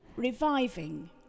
reviving